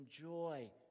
joy